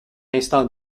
instant